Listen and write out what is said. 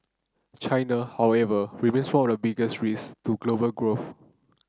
China however remains one of the biggest risks to global growth